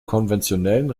konventionellen